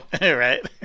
Right